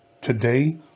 today